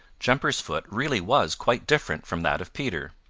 jumper's foot really was quite different from that of peter.